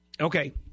Okay